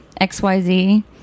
XYZ